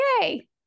Yay